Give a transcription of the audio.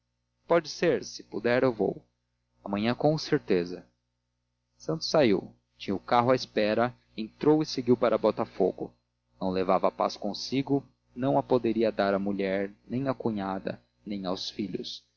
pode ser se puder vou amanhã com certeza santos saiu tinha o carro à espera entrou e seguiu para botafogo não levava a paz consigo não a poderia dar à mulher nem à cunhada nem aos filhos